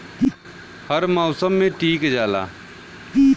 हर मउसम मे टीक जाला